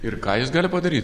ir ką jis gali padaryt